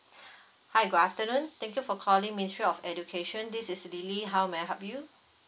hi good afternoon thank you for calling ministry of education this is lily how may I help you